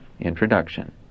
Introduction